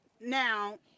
Now